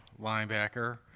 linebacker